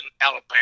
Alabama